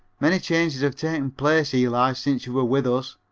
many changes have taken place, eli, since you were with us,